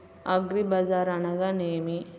అగ్రిబజార్ అనగా నేమి?